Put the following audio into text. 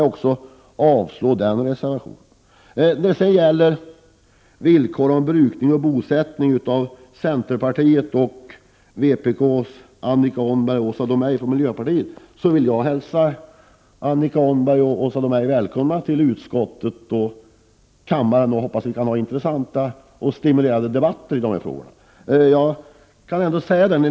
Jag yrkar avslag på reservation 2. Reservation 3 från centerpartiet, vpk och miljöpartiet gäller villkor om brukning och bosättning. Jag vill hälsa Annika Åhnberg och Åsa Domeij välkomna till utskottet och kammaren och hoppas att vi kan föra intressanta och stimulerande debatter i dessa frågor.